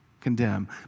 condemn